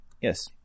Yes